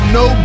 no